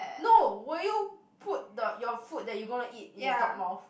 no will you put the your food that you gonna eat in the dog mouth